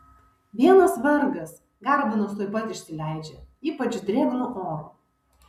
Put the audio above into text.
vienas vargas garbanos tuoj pat išsileidžia ypač drėgnu oru